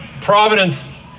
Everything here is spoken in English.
providence